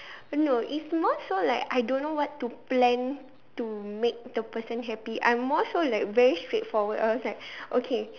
no it's not so like I don't know what to plan to make the person happy I'm more so like very straightforward or else like okay